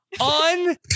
on